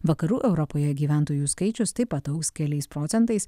vakarų europoje gyventojų skaičius taip pat augs keliais procentais